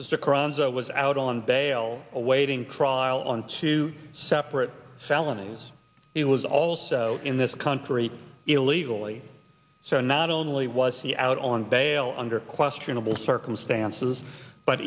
that was out on bail awaiting trial on two separate felonies he was also in this country illegally so not only was he out on bail under questionable circumstances but